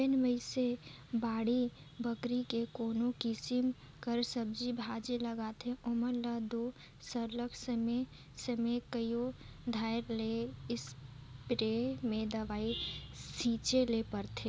जेन मइनसे बाड़ी बखरी में कोनो किसिम कर सब्जी भाजी लगाथें ओमन ल दो सरलग समे समे कइयो धाएर ले इस्पेयर में दवई छींचे ले परथे